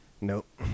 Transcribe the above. Nope